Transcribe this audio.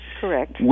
Correct